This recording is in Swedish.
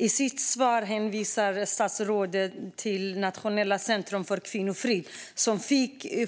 I sitt svar hänvisar statsrådet till Nationellt centrum för kvinnofrid som